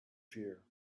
fear